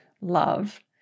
love